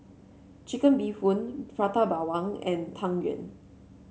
Chicken Bee Hoon Prata Bawang and Tang Yuen